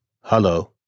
Hello